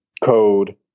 code